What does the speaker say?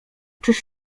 czyż